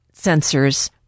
sensors